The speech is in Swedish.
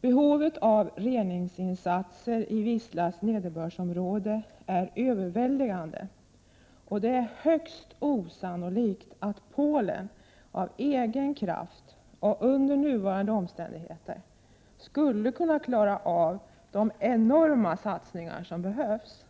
Behovet av reningsinsatser i Wislas nederbördsområde är överväldigande, och det är högst osannolikt att Polen av egen kraft och under nuvarande omständigheter skulle kunna klara av de enorma satsningar som behövs.